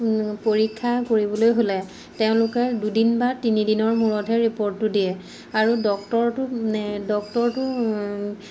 পৰীক্ষা কৰিবলৈ হ'লে তেওঁলোকে দুদিন বা তিনিদিনৰ মূৰতহে ৰিপৰ্টটো দিয়ে আৰু ডক্তৰটো মানে ডক্টৰটো